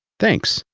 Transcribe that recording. thanks,